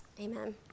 Amen